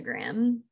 Instagram